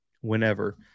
whenever